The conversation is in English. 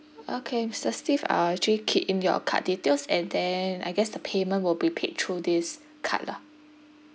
okay mister steve I'll actually key in your card details and then I guess the payment will be paid through this card lah